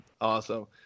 awesome